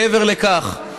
מעבר לכך,